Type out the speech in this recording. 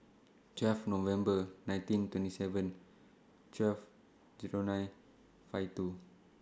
twelve November nineteen twenty seven twelve Zero nine five two